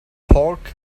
pork